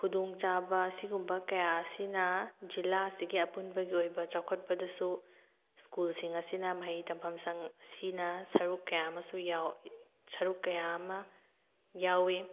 ꯈꯨꯗꯣꯡ ꯆꯥꯕ ꯑꯁꯤꯒꯨꯝꯕ ꯀꯌꯥ ꯑꯁꯤꯅ ꯖꯤꯜꯂꯥꯁꯤꯒꯤ ꯑꯄꯨꯟꯕꯒꯤ ꯑꯣꯏꯕ ꯆꯥꯎꯈꯠꯄꯗꯁꯨ ꯁ꯭ꯀꯨꯜꯁꯤꯡ ꯑꯁꯤꯅ ꯃꯍꯩ ꯇꯝꯐꯝ ꯁꯪ ꯁꯤꯅ ꯁꯔꯨꯛ ꯀꯌꯥ ꯑꯃꯁꯨ ꯁꯔꯨꯛ ꯀꯌꯥ ꯑꯃ ꯌꯥꯎꯋꯤ